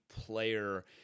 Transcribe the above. player